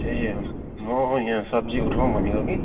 ए म यहाँ सब्जी उठाउँ भनेको कि